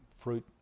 fruit